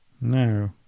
No